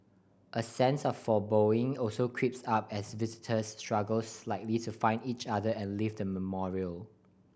a sense of foreboding also creeps up as visitors struggle slightly to find each other and leave the memorial